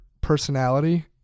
personality